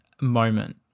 moment